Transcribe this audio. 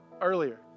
earlier